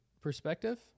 perspective